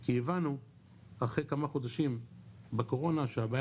כי הבנו אחרי כמה חודשים בקורונה שהבעיה